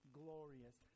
glorious